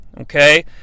Okay